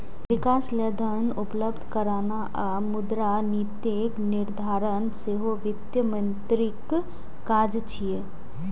विकास लेल धन उपलब्ध कराना आ मुद्रा नीतिक निर्धारण सेहो वित्त मंत्रीक काज छियै